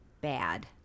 bad